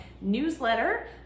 newsletter